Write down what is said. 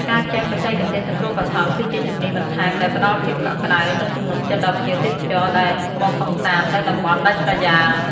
ការចេះបច្ចេកទេសសង្គ្រោះបឋម គឺជាជំនាញបន្ថែមដែលផ្តល់ភាពកក់ក្តៅ និងទំនុកចិត្តដល់ភ្ញៀវទេសចរដែលមកកម្សាន្តនៅតំបន់ដាច់ស្រយាល។